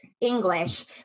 English